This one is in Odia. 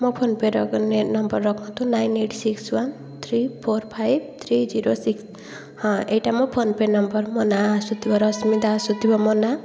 ମୋ ଫୋନ୍ ପେ' ର ଆଗ ନମ୍ବର ରଖନ୍ତୁ nine eight six one three four five three zero six ହଁ ଏଇଟା ମୋ ଫୋନ୍ ପେ' ନମ୍ବର ମୋ ନାଁ ଆସୁଥିବ ରଶ୍ମି ଦାସ ଆସୁଥିବ ମୋ ନାଁ